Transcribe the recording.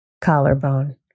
Collarbone